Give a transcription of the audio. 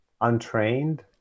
Untrained